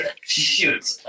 Shoot